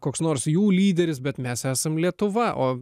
koks nors jų lyderis bet mes esam lietuva o